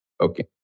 Okay